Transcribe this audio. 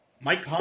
Mike